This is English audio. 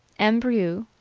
m. brieux,